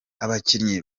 abakinnyi